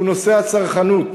הוא נושא הצרכנות.